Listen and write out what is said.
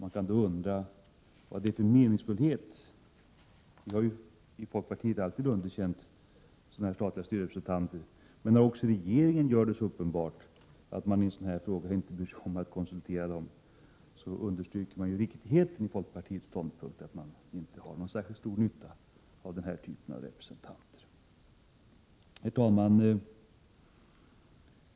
I folkpartiet har vi ju alltid underkänt statliga styrelserepresentanter. Men när regeringen i en sådan här fråga inte bryr sig om att konsultera representanterna, understryker den ju riktigheten i folkpartiets ståndpunkt att det inte är någon särskilt stor nytta med denna typ av representanter. Herr talman!